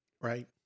Right